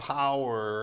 power